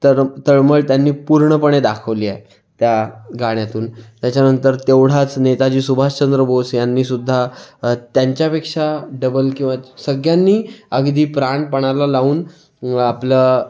तर तळमळ त्यांनी पूर्णपणे दाखवली आहे त्या गाण्यातून त्याच्यानंतर तेवढाच नेताजी सुभाषचंद्र बोस यांनीसुद्धा त्यांच्यापेक्षा डबल किंवा सगळ्यांनी अगदी प्राण पणाला लाऊन आपलं